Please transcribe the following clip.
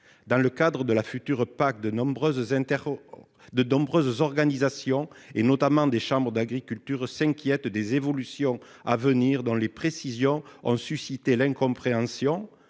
Dans le cadre de la future PAC, de nombreuses organisations, notamment des chambres d'agriculture, s'inquiètent des évolutions à venir. Les précisions qui ont été données